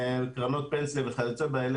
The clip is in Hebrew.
קרנות פנסיה וכיוצא באלה.